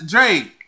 Drake